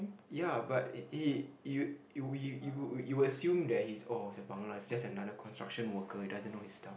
ya but he you you assume that oh he's a Bangla he's another construction worker who doesn't know his stuff